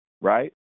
right